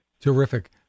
Terrific